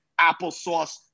applesauce